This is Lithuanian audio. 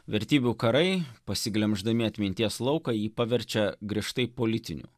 vertybių karai pasiglemždami atminties lauką jį paverčia griežtai politiniu